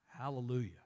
Hallelujah